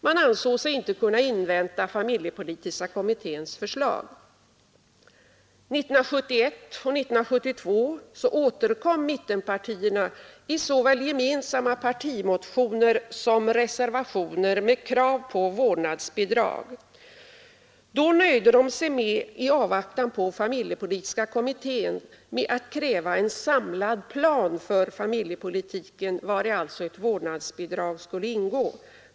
Man ansåg sig då inte kunna invänta familjepolitiska kommitténs förslag. Åren 1971 och 1972 återkom mittenpartierna i såväl gemensamma partimotioner som i reservationer med krav på vårdnadsbidrag. I avvaktan på familjepolitiska kommitténs betänkande nöjde man sig emellertid då med att kräva en samlad plan för familjepolitiken, vari ett vårdnadsbidrag skulle ingå.